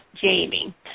Jamie